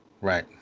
Right